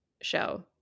show